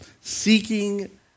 seeking